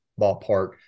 ballpark